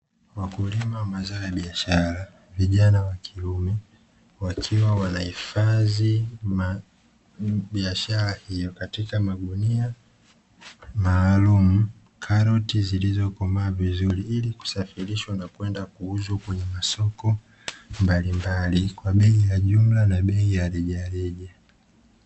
Wakulima wa mazao ya biashara vijana wa kiume wakiwa wanahifadhi biashara, hiyo katika magunia maalumu karoti zilizokomaa vizuri, ili kuweza kusafirishwa na kwenda kuuzwa kwenye masoko mbalimbali, kwa bei ya jumla na bei ya rejareja.